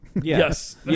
Yes